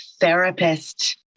therapist